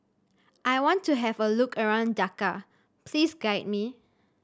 I want to have a look around Dhaka please guide me